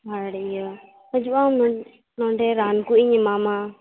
ᱟᱨ ᱤᱭᱟ ᱦᱟ ᱡᱩᱜ ᱟᱢ ᱱᱚᱸᱰᱮ ᱨᱟᱱ ᱠᱚᱧ ᱮᱢᱟᱢᱟ